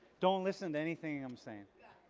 don't listen to anything i'm saying.